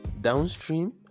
downstream